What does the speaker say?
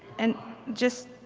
and just,